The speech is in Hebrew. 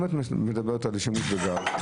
אם את מדברת על שימוש בגז,